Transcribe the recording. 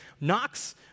Knox